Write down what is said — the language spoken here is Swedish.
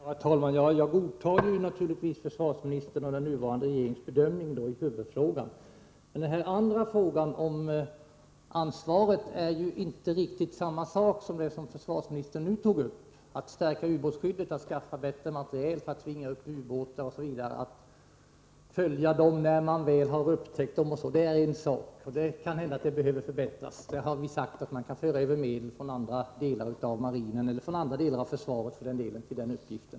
Herr talman! Jag godtar naturligtvis försvarsministerns och den nuvarande regeringens bedömning när det gäller huvudfrågan. Men den andra frågan, om ansvaret, gäller ju inte riktigt samma sak som det försvarsministern nu tog upp — att stärka ubåtsskyddet, att skaffa bättre materiel för att tvinga upp ubåtar, för att följa ubåtarna när man väl har upptäckt dem osv. Det är en sak, och det kan hända att det behövs förbättringar där. Vi har sagt att man kan föra över medel från andra delar av marinen eller från försvaret i övrigt till denna uppgift.